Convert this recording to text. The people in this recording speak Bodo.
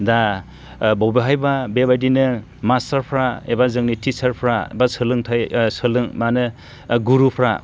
दा बबेहायबा बेबादिनो मास्टारफ्रा एबा जोंनि टिचारफ्रा बा सोलोंथाय गुरुफ्रा